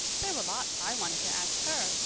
there were lots i wanted to ask her,